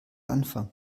anfang